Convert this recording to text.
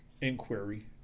inquiry